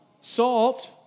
salt